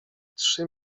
trzy